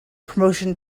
promotion